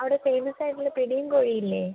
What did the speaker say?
അവിടെ ഫേമസ് ആയിട്ടുള്ള പിടിയും കോഴി ഇല്ലേ